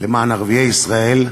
למען ערביי ישראל,